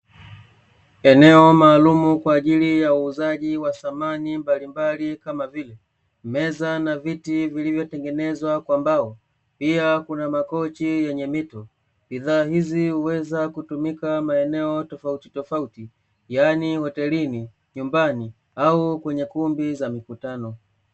Eneo maalumu kwa ajili ya uuzaji wa samani mbalimbali kama vile, meza na viti, vilivyotengenezwa kwa mbao, pia kuna makochi yenye mito. Bidhaa hizi huweza kutumika maeneo tofautitofauti, yaani hotelini, nyumbani, au kwenye kumbi za mikutano.